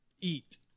eat